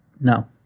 No